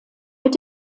mit